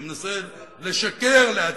אני מנסה לשקר לעצמי,